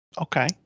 Okay